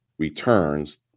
returns